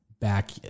back